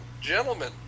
gentlemen